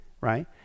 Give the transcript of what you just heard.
right